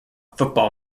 football